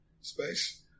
space